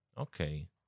Okay